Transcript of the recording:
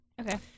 Okay